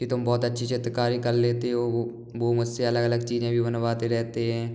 कि तुम बहुत अच्छी चित्रकारी कर लेते हो वो वो मुझसे अलग अलग चीजें भी बनवाते रहते हैं